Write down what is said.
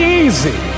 easy